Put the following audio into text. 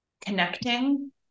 connecting